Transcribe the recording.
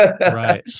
Right